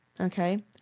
Okay